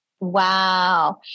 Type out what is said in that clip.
Wow